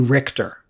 Richter